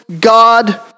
God